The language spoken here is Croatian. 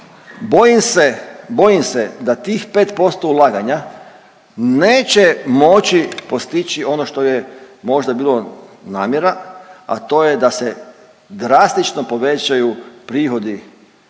bojim se da tih 5% ulaganja neće moći postići ono što je možda bilo namjera, a to je da se drastično povećaju prihodi